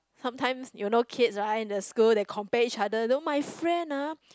sometimes you know kids right in the school they compare each other you know my friend ah